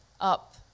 up